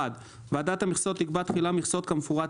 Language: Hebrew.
ועדת המכסות תקבע תחילה מכסות כמפורט